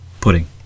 pudding